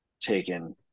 taken